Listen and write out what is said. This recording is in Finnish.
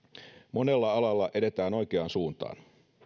monella alalla edetään oikeaan suuntaan